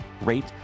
rate